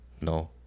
No